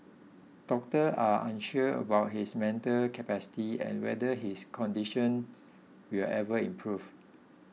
doctor are unsure about his mental capacity and whether his condition will ever improve